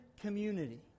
community